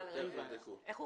איך הוא